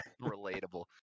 Relatable